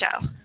show